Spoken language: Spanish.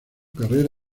carrera